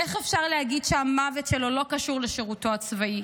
איך אפשר להגיד שהמוות שלו לא קשור לשירותו הצבאי?